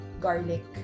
garlic